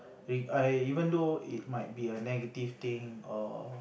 ring I even though it might be a negative thing or